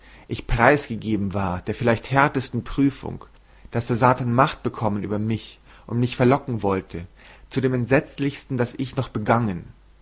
ich preisgegeben war der vielleicht härtesten prüfung daß der satan macht bekommen über mich und mich verlocken wollte zu dem entsetzlichsten das ich noch begangen